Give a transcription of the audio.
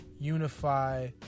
unify